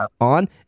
on